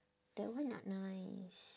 that one not nice